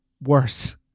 worse